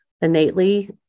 innately